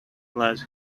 realize